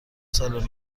سال